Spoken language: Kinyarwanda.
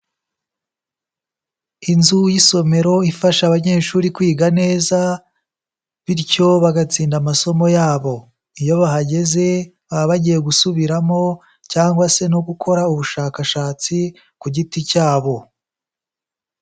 Inzu y'isomero ifasha abanyeshuri kwiga neza, bityo bagatsinda amasomo yabo. Iyo bahageze baba bagiye gusubiramo cyangwa se no gukora ubushakashatsi ku giti cyabo.